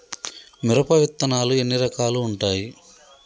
మిరప విత్తనాలు ఎన్ని రకాలు ఉంటాయి?